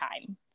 time